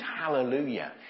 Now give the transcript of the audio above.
hallelujah